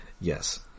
Yes